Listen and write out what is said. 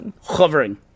Hovering